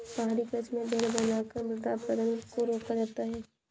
पहाड़ी कृषि में मेड़ बनाकर मृदा अपरदन को रोका जाता है